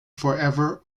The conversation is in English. forever